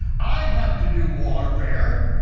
i have to do warfare.